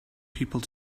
people